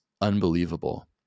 unbelievable